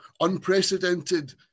unprecedented